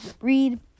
read